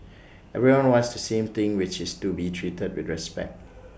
everybody wants same thing which is to be treated with respect